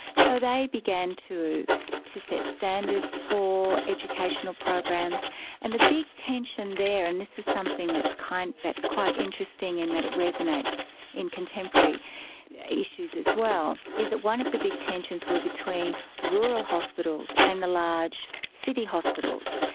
so they began to to set standards for educational programs and the big tension there, and this is something that's kind of that's quite interesting in that it resonates in contemporary issues as well, is that one of the big tensions were between rural hospitals and the large city hospitals,